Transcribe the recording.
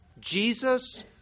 Jesus